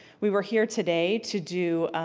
we were here today to do,